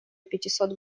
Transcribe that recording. пятисот